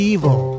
Evil